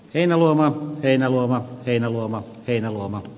en halua enää luova heinäluoma heinäluoma